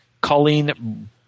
Colleen